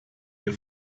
ihr